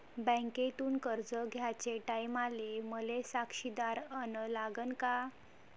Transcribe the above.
बँकेतून कर्ज घ्याचे टायमाले मले साक्षीदार अन लागन का?